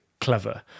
clever